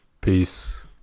Peace